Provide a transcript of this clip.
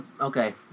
Okay